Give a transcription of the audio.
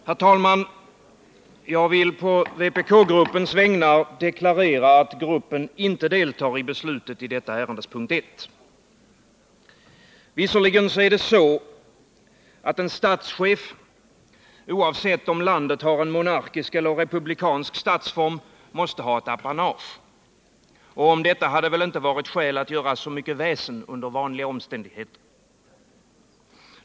Herr talman! Jag vill på vpk-gruppens vägnar deklarera att gruppen inte deltar i beslutet i detta ärende. En statschef måste, oavsett om landet har en monarkistisk eller republikansk statsform, ha ett apanage, och detta hade det väl inte varit skäl att göra så mycket väsen av under vanliga omständigheter.